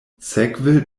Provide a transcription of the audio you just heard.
sekve